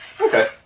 Okay